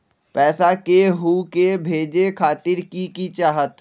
पैसा के हु के भेजे खातीर की की चाहत?